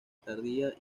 tardía